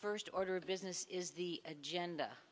first order of business is the agenda